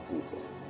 Jesus